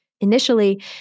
Initially